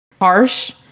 harsh